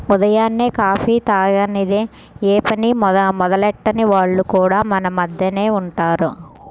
ఉదయాన్నే కాఫీ తాగనిదె యే పని మొదలెట్టని వాళ్లు కూడా మన మద్దెనే ఉంటారు